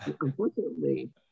unfortunately